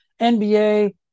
NBA